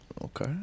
Okay